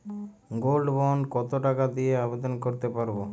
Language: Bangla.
গোল্ড বন্ড কত টাকা দিয়ে আবেদন করতে পারবো?